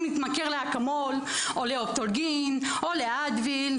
להתמכר לאקמול או לאופטלגין או לאדוויל,